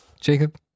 Jacob